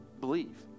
believe